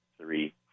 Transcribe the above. three